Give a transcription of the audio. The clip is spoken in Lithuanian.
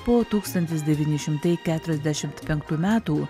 po tūkstantis devyni šimtai keturiasdešimt penktų metų